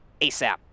ASAP